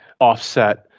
offset